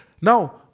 Now